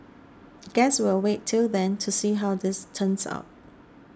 guess we'll wait till then to see how this turns out